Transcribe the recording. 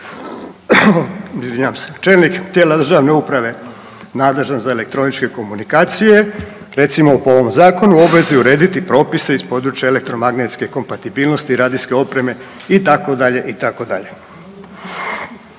Izvinjavam se./… Čelnik tijela državne uprave nadležan za elektroničke komunikacije recimo po ovom zakonu u obvezi je urediti propise iz područja elektromagnetske kompatibilnosti, radijske opreme itd., itd.